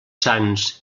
sants